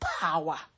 power